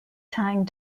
tang